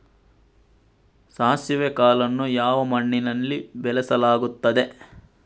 ಸಾಸಿವೆ ಕಾಳನ್ನು ಯಾವ ಮಣ್ಣಿನಲ್ಲಿ ಬೆಳೆಸಲಾಗುತ್ತದೆ?